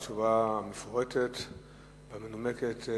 על התשובה המפורטת והמנומקת.